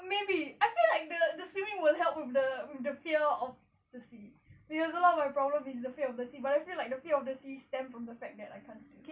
maybe I feel like the the swimming will help the the fear of the sea cause a lot of my problem is afraid of the sea but I feel like the fear of the sea stems from the fact that I can't swim